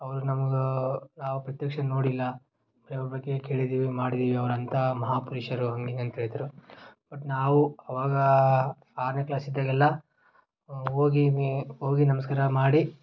ಅವ್ರು ನಮ್ಗೆ ನಾವು ಪ್ರತ್ಯಕ್ಷ ನೋಡಿಲ್ಲ ಬರೀ ಅವ್ರ ಬಗ್ಗೆ ಕೇಳಿದೀವಿ ಮಾಡಿದೀವಿ ಅವ್ರು ಅಂಥಾ ಮಹಾಪುರುಷರು ಹಾಗೆ ಹೀಗೆ ಅಂತ ಹೇಳಿದ್ದರು ಬಟ್ ನಾವೂ ಅವಾಗ ಆರನೇ ಕ್ಲಾಸ್ ಇದ್ದಾಗೆಲ್ಲ ಹೋಗೀನೀ ಹೋಗಿ ನಮಸ್ಕಾರ ಮಾಡಿ